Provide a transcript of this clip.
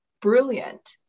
brilliant